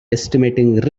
estimating